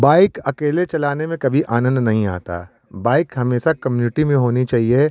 bike अकेले चलाने में कभी आनंद नहीं आता बाइक हमेशा कम्यूनिटी में होनी चाहिए